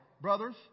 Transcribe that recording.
Brothers